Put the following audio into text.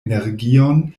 energion